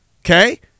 Okay